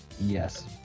Yes